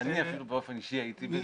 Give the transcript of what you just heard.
אני אפילו באופן אישי הייתי.